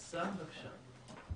חסאן, בבקשה.